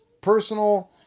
personal